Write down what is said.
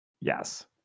Yes